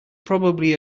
probably